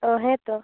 ᱚ ᱦᱮᱛᱚ